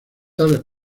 tales